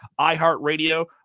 iHeartRadio